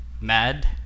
mad